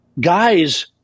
Guys